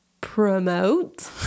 promote